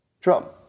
Trump